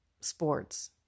sports